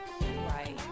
Right